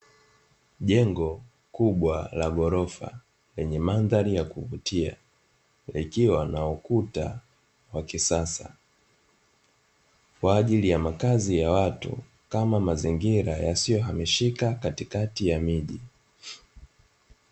Jengo kubwa la ghorofa lenye mandhari ya kuvutia, likiwa na ukuta wa kisasa kwa ajili ya makazi ya watu, kama mazingira yasiyohamishika katikati ya miji.